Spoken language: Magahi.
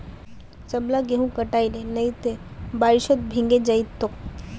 सबला गेहूं हटई ले नइ त बारिशत भीगे जई तोक